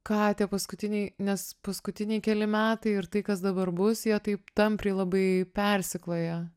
ką tie paskutiniai nes paskutiniai keli metai ir tai kas dabar bus jie taip tampriai labai persikloja